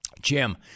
Jim